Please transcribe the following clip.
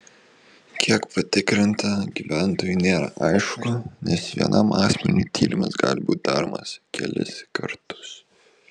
kiek patikrinta gyventojų nėra aišku nes vienam asmeniui tyrimas gali būti daromas kelis kartus